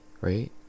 right